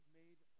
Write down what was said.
made